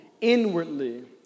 inwardly